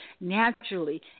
naturally